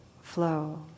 flow